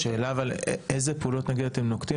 אבל השאלה באיזה פעולות אתם נוקטים